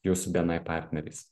jūsų bni partneriais